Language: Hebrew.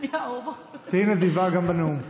תהיי נדיבה גם בנאום,